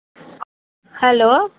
hello